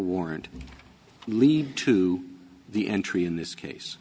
warrant leave to the entry in this case